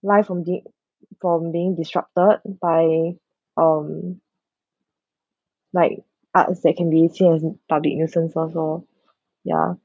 life indeed from being disrupted by um like arts that can be seen as a public nuisance first lor ya